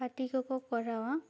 ᱯᱟᱴᱤ ᱠᱚᱠᱚ ᱠᱚᱨᱟᱣᱟ